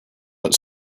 went